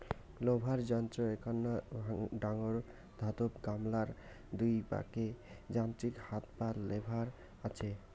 loader যন্ত্রর এ্যাকনা ডাঙর ধাতব গামলার দুই পাকে যান্ত্রিক হাত বা লেভার আচে